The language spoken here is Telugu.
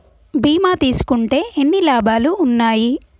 బీమా తీసుకుంటే ఎన్ని లాభాలు ఉన్నాయి?